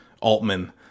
Altman